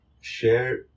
share